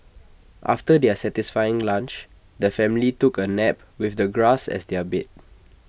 after their satisfying lunch the family took A nap with the grass as their bed